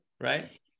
right